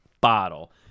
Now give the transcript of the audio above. bottle